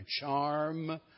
charm